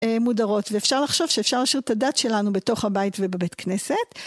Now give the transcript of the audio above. מודרות ואפשר לחשוב שאפשר להשאיר את הדת שלנו בתוך הבית ובבית כנסת